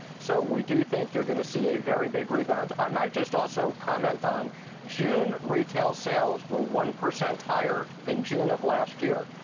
so we do think you're going to see a very big rebound. i might just also comment on june retail sales, one percent higher than june of last year.